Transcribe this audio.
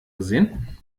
gesehen